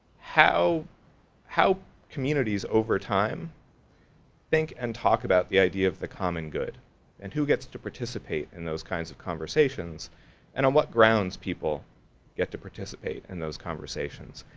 how how communities over time think and talk about the idea of the common good and who gets to participate in those kinds of conversations and on what grounds people get to participate in those conversations.